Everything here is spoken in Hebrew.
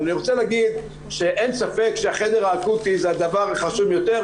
אני רוצה להגיד שאין ספק שהחדר האקוטי הוא הדבר החשוב ביותר,